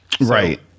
Right